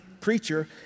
preacher